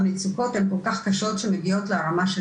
המצוקות הן כל כך קשות שמגיעות לרמה של